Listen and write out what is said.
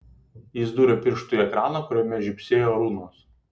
jis dūrė pirštu į ekraną kuriame žybsėjo runos